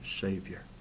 Savior